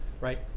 right